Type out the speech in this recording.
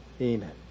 Amen